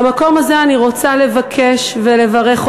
מהמקום הזה אני רוצה לברך אותן,